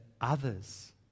others